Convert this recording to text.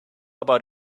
about